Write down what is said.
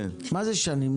כמה זה שנים?